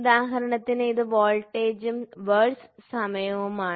ഉദാഹരണത്തിന് ഇത് വോൾട്ടേജും വേഴ്സസ് സമയവുമാണ്